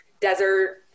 desert